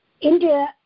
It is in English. India